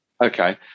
Okay